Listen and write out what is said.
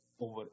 over